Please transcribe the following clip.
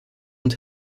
und